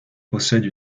possède